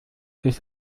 ist